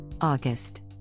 August